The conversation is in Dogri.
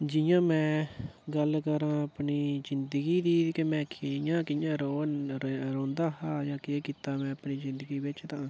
जि'यां में गल्ल करां अपनी जिंदगी दी ते कि'यां कि'यां रोज़ रौंहदा हा जां केह् कीता में अपनी जिंदगी बिच तां